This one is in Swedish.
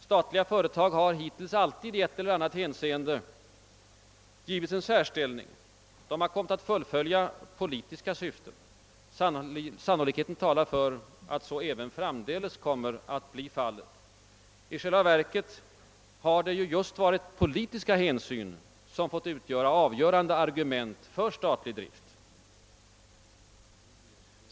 Statliga företag har alltid i ett eller annat hänseende givits en särställning. De har kommit att fullfölja politiska syften. Sannolikheten talar för att så även framdeles kommer att bli fallet. I själva verket har det just varit politiska hänsyn som fått utgöra avgörande argument för statlig drift.